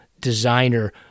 designer